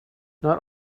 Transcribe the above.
not